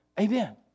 Amen